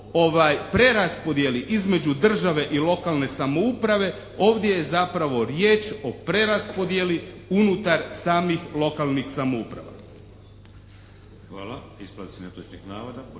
preraspodjeli između države i lokalne samouprave. Ovdje je zapravo riječ o preraspodjeli unutar samih lokalnih samouprava.